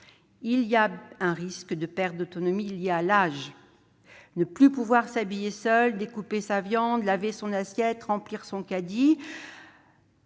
Il existe un risque de perte d'autonomie lié à l'âge : ne plus pouvoir s'habiller seul, découper sa viande, laver son assiette, remplir son caddie